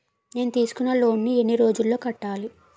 నేను తీసుకున్న లోన్ నీ ఎన్ని రోజుల్లో కట్టాలి?